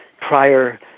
prior